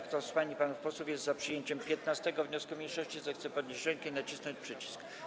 Kto z pań i panów posłów jest za przyjęciem 15. wniosku mniejszości, zechce podnieść rękę i nacisnąć przycisk.